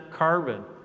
carbon